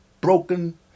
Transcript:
broken